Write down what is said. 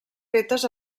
fetes